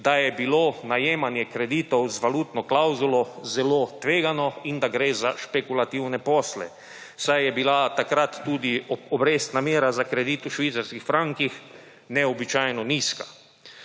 da je bilo najemanje kreditov z valutno klavzulo zelo tvegano in da gre za špekulativne posle, saj je bila takrat tudi obrestna mera za kredit v švicarskih frankih neobičajno nizka.